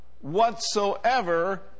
whatsoever